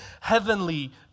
heavenly